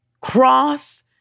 cross